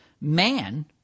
man